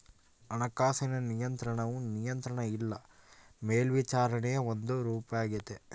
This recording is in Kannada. ಹಣಕಾಸಿನ ನಿಯಂತ್ರಣವು ನಿಯಂತ್ರಣ ಇಲ್ಲ ಮೇಲ್ವಿಚಾರಣೆಯ ಒಂದು ರೂಪಾಗೆತೆ